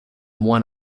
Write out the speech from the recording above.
one